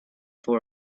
for